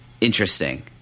interesting